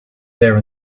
there